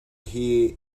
hear